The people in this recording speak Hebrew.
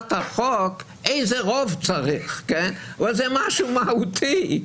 בהצעת החוק איזה רוב צריך, אבל זה משהו מהותי.